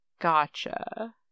Gotcha